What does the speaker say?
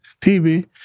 TV